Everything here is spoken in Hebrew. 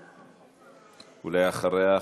ואחריה,